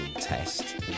test